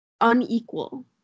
unequal